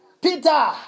Peter